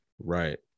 Right